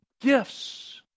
gifts